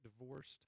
divorced